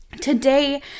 Today